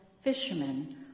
fishermen